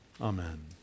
Amen